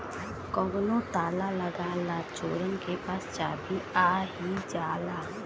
कउनो ताला लगा ला चोरन के पास चाभी आ ही जाला